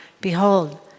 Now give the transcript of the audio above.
Behold